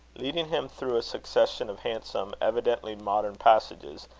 leading him through a succession of handsome, evidently modern passages,